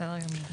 בסדר גמור.